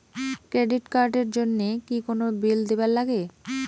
Credit card এর জন্যে কি কোনো বিল দিবার লাগে?